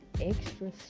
extra